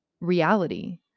reality